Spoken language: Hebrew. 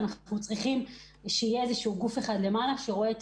אנחנו צריכים שיהיה גוף למעלה שרואה את